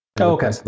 okay